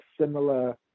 similar